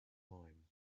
mine